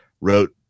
wrote